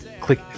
click